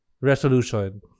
resolution